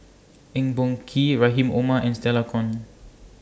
Eng Boh Kee Rahim Omar and Stella Kon